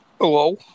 hello